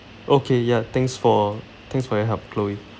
okay ya thanks for thanks for your help chloe